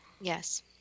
Yes